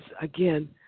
again